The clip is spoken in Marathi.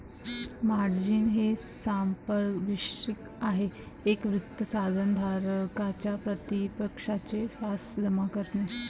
मार्जिन हे सांपार्श्विक आहे एक वित्त साधन धारकाच्या प्रतिपक्षाचे पास जमा करणे